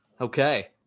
Okay